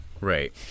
Right